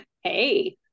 Hey